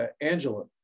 Angela